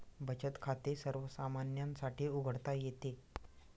बचत खाते सर्वसामान्यांसाठी उघडता येते